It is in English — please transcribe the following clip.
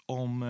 om